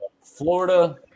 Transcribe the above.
Florida